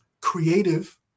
creative